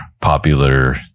popular